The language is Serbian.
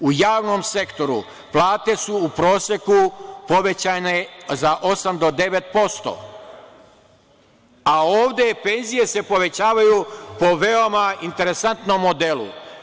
U javnom sektoru plate su u proseku povećane za 8 do 9%, a ovde penzije se povećavaju po veoma interesantnom modelu.